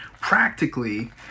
practically